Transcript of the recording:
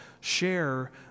share